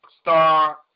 star